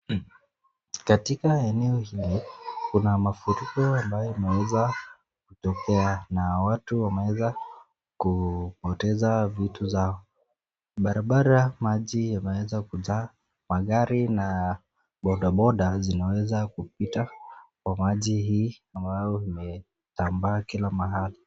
Katika eneo hili kuna mafuriko ambayo imeweza kutokea na watu wameweza kupoteza vitu zao. Barabara maji yameweza kujaa magari na bodaboda zimeweza kupita kwa maji hii ambayo imetambaa kila mahali.